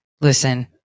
listen